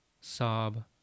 sob